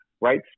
right